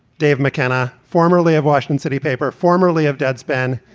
dave mckenna, formerly of washington city paper, formerly of deadspin,